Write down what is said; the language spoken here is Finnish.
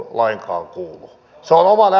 se on oma näkemykseni